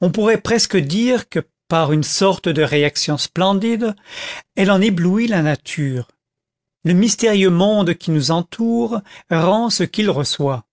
on pourrait presque dire que par une sorte de réaction splendide elle en éblouit la nature le mystérieux monde qui nous entoure rend ce qu'il reçoit